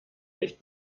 licht